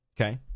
Okay